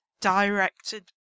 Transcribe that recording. directed